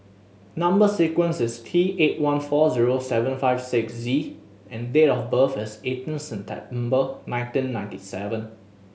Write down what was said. number sequence is T eight one four zero seven five six Z and date of birth is eighteen September nineteen ninety seven